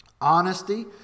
honesty